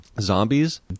zombies